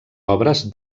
obres